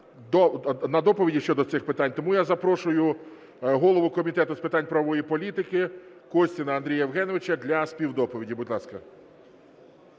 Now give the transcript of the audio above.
на доповіді щодо цих питань. Тому я запрошую голову Комітету з питань правової політики Костіна Андрія Євгеновича для співдоповіді. Будь ласка.